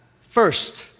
First